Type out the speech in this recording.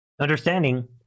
understanding